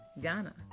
Ghana